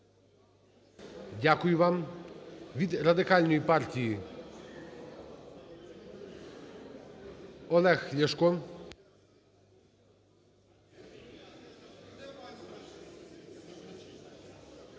Дякую вам. Від Радикальної партії Олег Ляшко.